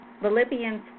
Philippians